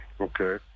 Okay